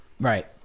Right